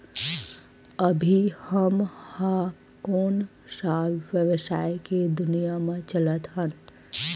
अभी हम ह कोन सा व्यवसाय के दुनिया म चलत हन?